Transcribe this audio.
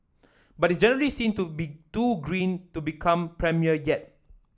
but generally seen to be too green to become premier yet